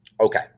Okay